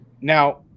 now